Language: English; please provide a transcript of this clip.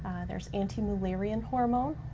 there's anti-mullerian hormone,